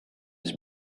also